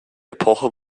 epoche